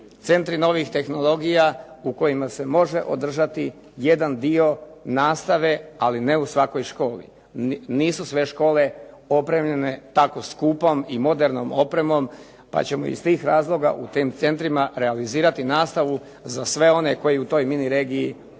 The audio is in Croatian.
centri novih tehnologija u kojima se može održati jedan dio nastave, ali ne u svakoj školi. Nisu sve škole opremljene tako skupom i modernom opremom pa ćemo iz tih razloga u tim centrima realizirati nastavu za sve one koji u toj mini regiji